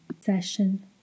Session